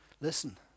Listen